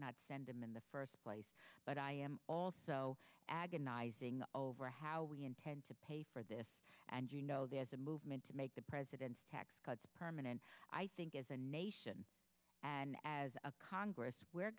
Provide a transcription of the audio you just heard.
not send them in the first place but i am also agonizing over how we intend to pay for this and you know there's a movement to make the president's tax cuts permanent i think as a nation and as a congress we're